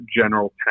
general